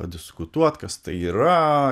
diskutuot kas tai yra